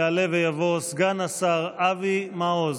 יעלה ויבוא סגן השר אבי מעוז.